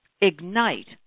ignite